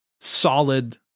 solid